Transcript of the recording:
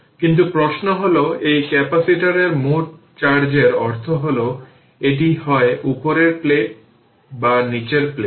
কিন্তু প্রশ্ন হল এই ক্যাপাসিটরের মোট চার্জের অর্থ হল এটি হয় উপরের প্লেটে বা নীচের প্লেটে